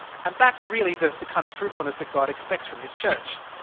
and that's really the the kind of fruitfulness that god expects from his church.